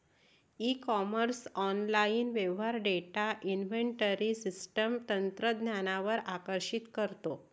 E commerce online व्यवहार data inventory system तंत्रज्ञानावर आकर्षित करतो